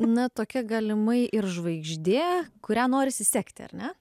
na tokia galimai ir žvaigždė kurią norisi sekti ar ne